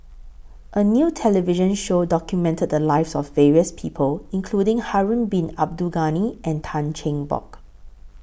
A New television Show documented The Lives of various People including Harun Bin Abdul Ghani and Tan Cheng Bock